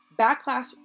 backlash